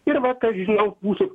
ir va kas žinau mūsų